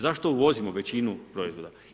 Zašto uvozimo većinu proizvoda?